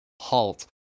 halt